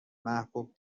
محبوب